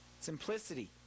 Simplicity